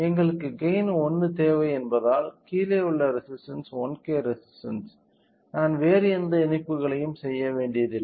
எங்களுக்கு கெய்ன் 1 தேவை என்பதால் கீழே உள்ள ரெசிஸ்டன்ஸ் 1 K ரெசிஸ்டன்ஸ் நான் வேறு எந்த இணைப்புகளையும் செய்ய வேண்டியதில்லை